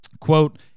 Quote